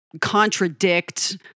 contradict